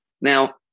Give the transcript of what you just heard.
Now